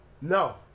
No